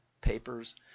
papers